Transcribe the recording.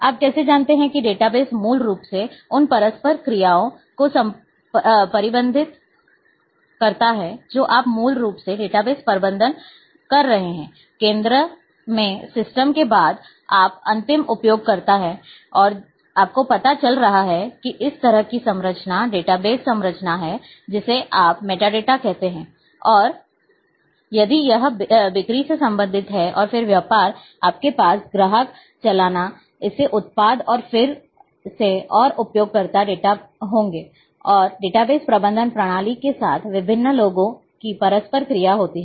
आप कैसे जानते हैं कि डेटाबेस मूल रूप से उन परस्पर क्रिया को प्रबंधित करता है जो आप मूल रूप से डेटाबेस प्रबंधन कर रहे हैं केंद्र में सिस्टम के बाद आप अंतिम उपयोगकर्ता हैं और आपको पता चल रहा है कि इस तरह की संरचना डेटाबेस संरचना है जिसे आप मेटाडेटा कहते हैं और यदि यह बिक्री से संबंधित है और फिर व्यापार आपके पास ग्राहक चालान इस उत्पाद और फिर से और उपयोगकर्ता डेटा होंगे और डेटाबेस प्रबंधन प्रणाली के साथ विभिन्न लोगों की परस्पर क्रिया होती है